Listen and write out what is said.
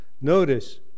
Notice